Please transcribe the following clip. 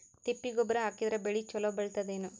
ತಿಪ್ಪಿ ಗೊಬ್ಬರ ಹಾಕಿದರ ಬೆಳ ಚಲೋ ಬೆಳಿತದೇನು?